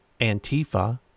Antifa